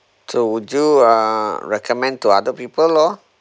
so would you uh recommend to other people all